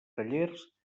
tallers